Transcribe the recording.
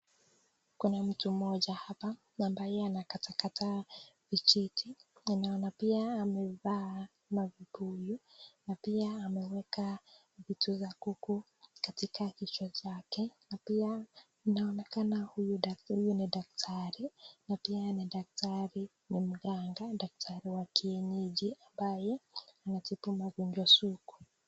Kuna mtu mmoja hapa, ambaye anakatakata vijiti, ninaona pia amevaa mavibuyu, na pia ameeka vitu za kuku katika kichwa chake, na pia inaonekana huyu ni daktari, na pia ni daktari ni mganga, daktari wa kienyeji ambaye, anatibu magonjwa sugu.